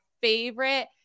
favorite